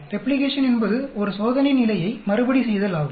replication என்பது ஒரு சோதனை நிலையை மறுபடிசெய்தல் ஆகும்